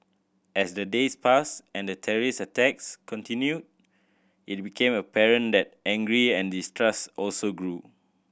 as the days passed and the terrorist attacks continued it became apparent that angry and distrust also grew